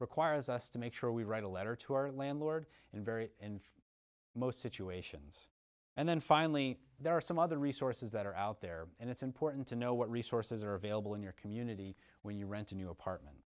requires us to make sure we write a letter to our landlord and very in most situations and then finally there are some other resources that are out there and it's important to know what resources are available in your community when you rent a new apartment